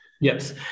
Yes